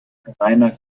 reiner